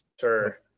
sure